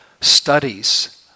studies